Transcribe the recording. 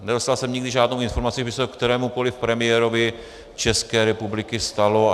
Nedostal jsem nikdy žádnou informaci, že by se to kterémukoli premiérovi České republiky stalo.